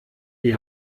die